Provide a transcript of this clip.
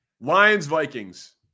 Lions-Vikings